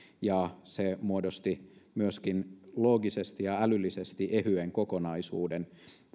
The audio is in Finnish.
ja se muodosti myöskin loogisesti ja älyllisesti ehyen kokonaisuuden